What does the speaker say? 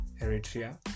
Eritrea